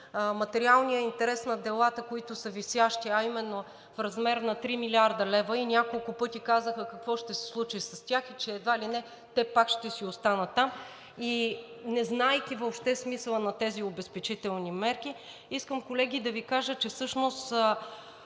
материалния интерес на делата, които са висящи, а именно в размер на 3 млрд. лв., и няколко пъти казаха какво ще се случи с тях и че едва ли не те пак ще си останат там. И не знаейки въобще смисъла на тези обезпечителни мерки, искам, колеги, да Ви кажа, че всъщност